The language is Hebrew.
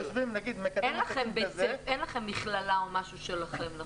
אין לכם מכללה שלכם?